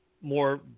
more